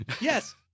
Yes